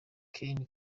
kevin